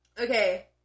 Okay